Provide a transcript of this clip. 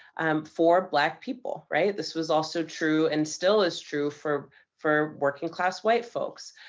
um, for black people, right? this was also true, and still is true, for for working class white folks.